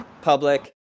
public